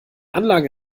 anlage